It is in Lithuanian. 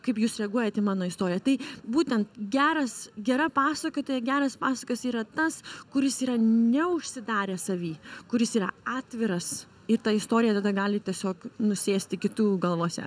kaip jūs reaguojat į mano istoriją tai būtent geras gera pasakotoja geras pasakotojas yra tas kuris yra neužsidaręs savy kuris yra atviras ir ta istorija tada gali tiesiog nusėsti kitų galvose